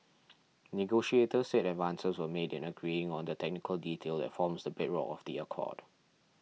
negotiators said advances were made in agreeing on the technical detail that forms the bedrock of the accord